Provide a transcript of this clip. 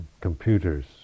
computers